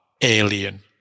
alien